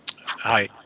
Hi